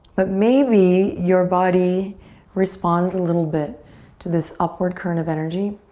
but maybe, your body responds a little bit to this upward current of energy.